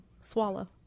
swallow